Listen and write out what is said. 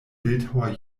bildhauer